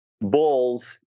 bulls